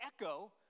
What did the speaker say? echo